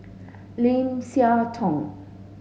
Lim Siah Tong